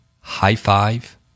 high-five